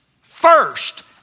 first